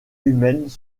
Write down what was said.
humaines